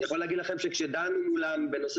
אני יכול להגיד לכם שכשדנו מולם בנושא